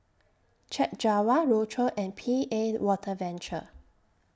Chek Jawa Rochor and P A Water Venture